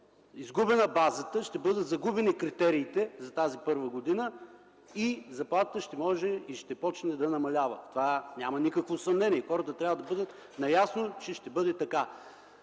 загубени базата и критериите за тази първа година и заплатите ще може и ще започнат да намаляват. В това няма никакво съмнение и хората трябва да бъдат наясно, че ще бъде така.